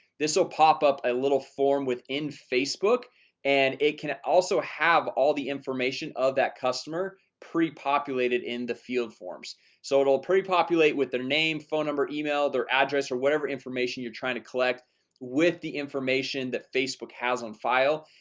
this will pop up a little forum within facebook and it can also have all the information of that customer pre-populated in the filled forms so it'll pretty populate with the name phone number email their address or whatever information. you're trying to collect with the information that facebook has on file,